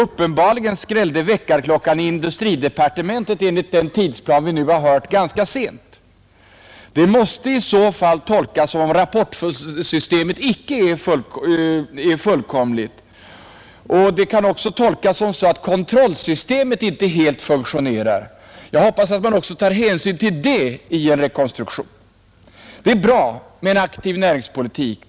Uppenbarligen skrällde väckarklockan i industridepartementet — enligt den tidsplan vi nu har hört — ganska sent. Det måste i så fall tolkas som om rapportsystemet icke är fullkomligt. Det kan även tolkas så att kontrollsystemet inte helt fungerar. Jag hoppas att man också tar hänsyn till detta vid en rekonstruktion. Det är bra med en aktiv näringspolitik.